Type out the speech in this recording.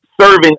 serving